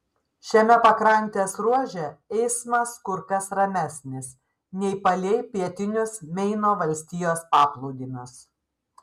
šiame pakrantės ruože eismas kur kas ramesnis nei palei pietinius meino valstijos paplūdimius